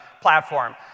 platform